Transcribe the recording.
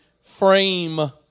frame